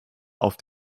auf